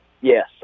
Yes